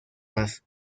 más